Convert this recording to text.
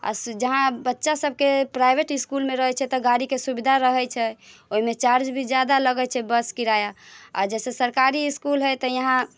आ जहाँ बच्चासभके प्राइवेट इस्कुलमे रहै छै तऽ गाड़ीके सुविधा रहै छै ओहिमे चार्ज भी ज्यादा लगै छै बस किराया आ जैसे सरकारी इस्कुल हइ तऽ यहाँ